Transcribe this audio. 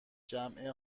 جمع